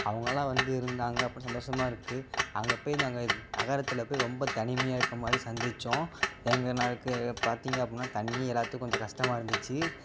அவங்களாம் வந்து இருந்தாங்க அப்போ சந்தோஷமா இருக்குது அங்கே போய் நாங்கள் நகரத்தில் போய் ரொம்ப தனிமையாக இருக்கற மாதிரி சந்தித்தோம் எங்களுக்குப் பார்த்தீங்க அப்படின்னா தண்ணி எல்லாத்துக்கும் கொஞ்சம் கஷ்டமா இருந்துச்சு